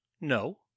No